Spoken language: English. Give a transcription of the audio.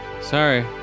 Sorry